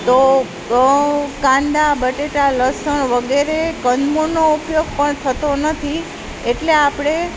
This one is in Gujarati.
તો કાંદા બટેટા લસણ વગેરે કંદમૂળનો ઉપયોગ પણ થતો નથી એટલે આપણે